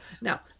Now